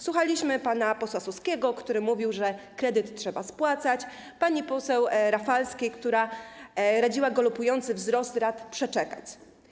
Słuchaliśmy pana posła Suskiego, który mówił, że kredyt trzeba spłacać, pani poseł Rafalskiej, która radziła galopujący wzrost wysokości rat przeczekać.